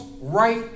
right